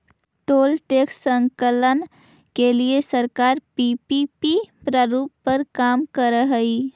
toll tax संकलन के लिए सरकार पीपीपी प्रारूप पर काम करऽ हई